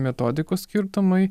metodikos skirtumai